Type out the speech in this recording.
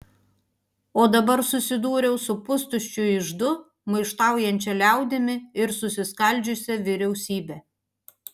o dabar susidūriau su pustuščiu iždu maištaujančia liaudimi ir susiskaldžiusia vyriausybe